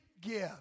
give